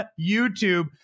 youtube